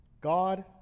God